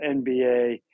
NBA